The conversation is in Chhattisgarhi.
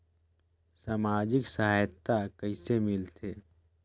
समाजिक सहायता कइसे मिलथे?